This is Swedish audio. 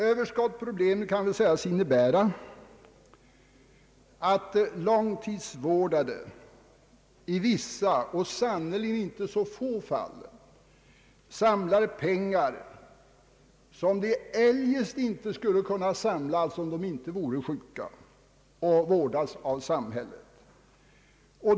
Överskottsproblemet kan väl sägas innebära att långtidsvårdade i vissa och sannerligen inte så få fall samlar pengar, som de eljest inte skulle kunna samla om de inte vore sjuka och vårdades av samhället.